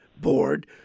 board